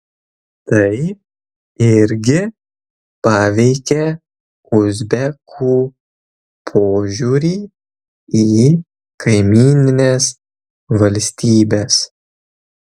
tai irgi paveikė uzbekų požiūrį į kaimynines valstybes